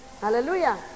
Hallelujah